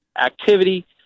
activity